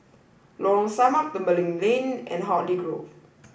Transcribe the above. Lorong Samak Tembeling Lane and Hartley Grove